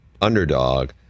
underdog